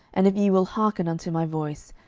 and if ye will hearken unto my voice,